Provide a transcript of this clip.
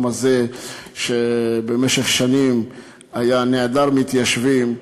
הזה שבמשך שנים היה נעדר מתיישבים.